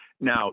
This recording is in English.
Now